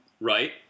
right